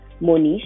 Monish